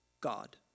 God